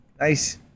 nice